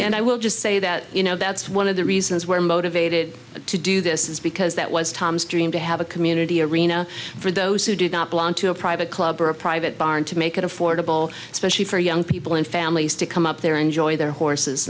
again i will just say that you know that's one of the reasons we're motivated to do this is because that was tom's dream to have a community arena for those who do not belong to a private club or a private barn to make it affordable especially for young people and families to come up there enjoy their horses